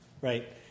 Right